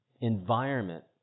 environment